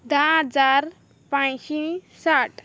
धा हजार पांचशीं साठ